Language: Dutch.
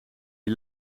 die